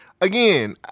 again